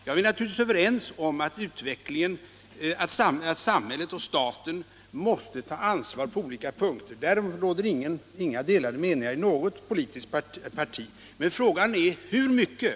Ja, vi är naturligtvis överens om att samhället måste ta ansvar på olika punkter, därom råder inga delade meningar i något politiskt parti. Men frågan är: Hur mycket?